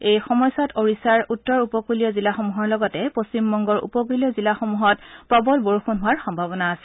এই সময়ছোৱাত উৰিষ্যাৰ উত্তৰ উপকুলীয় জিলাসমূহৰ লগতে পশ্চিমবংগৰ উপকূলীয় জিলাসমূহত প্ৰবল বৰষুণ হোৱাৰ সম্ভাৱনা আছে